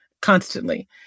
Constantly